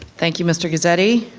thank you, mr. guzzetti.